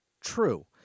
true